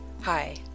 Hi